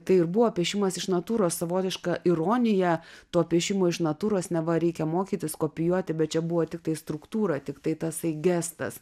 tai ir buvo piešimas iš natūros savotiška ironija to piešimo iš natūros neva reikia mokytis kopijuoti bet čia buvo tiktai struktūra tiktai tasai gestas